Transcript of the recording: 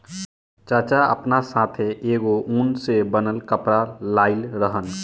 चाचा आपना साथै एगो उन से बनल कपड़ा लाइल रहन